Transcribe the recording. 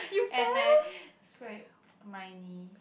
and I scrape my knee